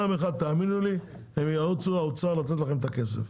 תאמינו לי שהאוצר ירוץ לתת לכם את הכסף.